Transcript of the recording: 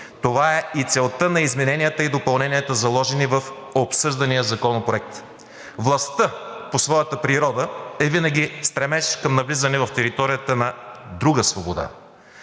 Това е и целта на измененията и допълненията, заложени в обсъждания законопроект. Властта по своята природа е винаги стремеж към навлизане в територията на друга свобода.